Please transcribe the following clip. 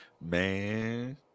Man